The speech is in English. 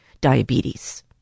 diabetes